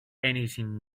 anything